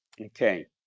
Okay